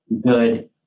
good